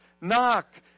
knock